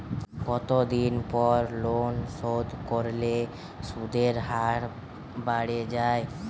কতদিন পর লোন শোধ করলে সুদের হার বাড়ে য়ায়?